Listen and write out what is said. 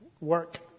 work